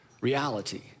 reality